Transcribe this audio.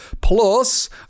Plus